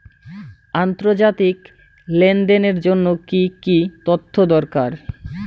আন্তর্জাতিক লেনদেনের জন্য কি কি তথ্য দরকার?